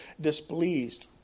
displeased